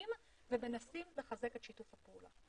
מחבקים ומנסים לחזק את שיתוף הפעולה.